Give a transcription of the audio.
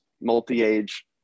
multi-age